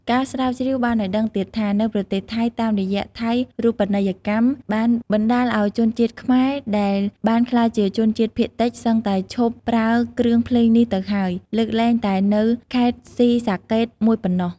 ការស្រាវជ្រាវបានឲ្យដឹងទៀតថា នៅប្រទេសថៃ តាមរយៈថៃរូបនីយកម្មបានបណ្តាលឲ្យជនជាតិខ្មែរដែលបានក្លាយជាជនជាតិភាគតិចសឹងតែឈប់ប្រើគ្រឿងភ្លេងនេះទៅហើយ លើកលែងតែនៅខេត្តស៊ីសាកេតមួយប៉ុណ្ណោះ។